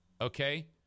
Okay